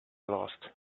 lost